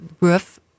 roof